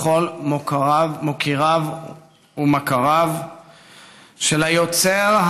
לכל מוקיריו ומכריו של היוצר,